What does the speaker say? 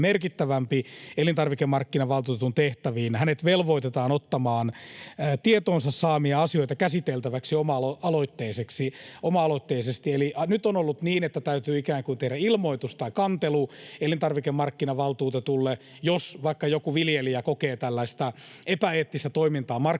elintarvikemarkkinavaltuutetun tehtäviin: hänet velvoitetaan ottamaan tietoonsa saamiaan asioita käsiteltäväksi oma-aloitteisesti. Eli nyt on ollut niin, että täytyy ikään kuin tehdä ilmoitus tai kantelu elintarvikemarkkinavaltuutetulle, jos vaikka joku viljelijä kokee tällaista epäeettistä toimintaa markkinoilla,